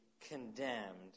condemned